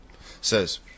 Says